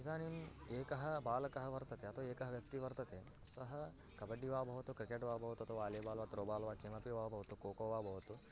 इदानीम् एकः बालकः वर्तते अथवा एकः व्यक्तिः वर्तते सः कबड्डि वा भवतु क्रिकेट् वा भवतु अथवा वालिबाल् वा त्रोबाल् वा किमपि वा भवतु को को वा भवतु